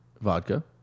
vodka